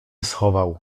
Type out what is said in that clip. schował